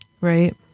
Right